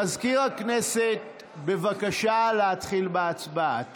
מזכיר הכנסת, בבקשה להתחיל בהצבעה.